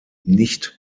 nicht